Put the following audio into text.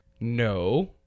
No